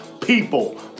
People